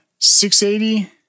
680